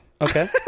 Okay